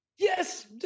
Yes